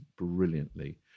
brilliantly